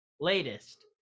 latest